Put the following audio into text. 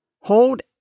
Hold